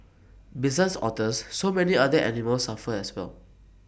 besides otters so many other animals suffer as well